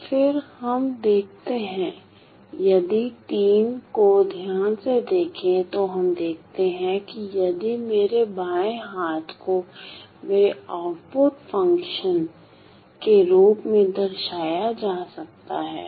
तो फिर हम देखते हैं कि यदि हम को ध्यान से देखें तो हम देखते हैं कि यदि मेरे बाएं हाथ को मेरे आउटपुट फ़ंक्शन के रूप में दर्शाया जा सकता है